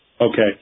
Okay